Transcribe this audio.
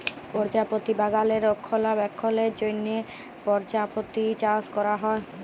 পরজাপতি বাগালে রক্ষলাবেক্ষলের জ্যনহ পরজাপতি চাষ ক্যরা হ্যয়